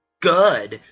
good,